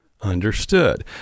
Understood